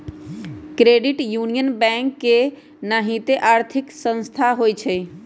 credit union bank के नाहिते आर्थिक संस्था होइ छइ